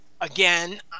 again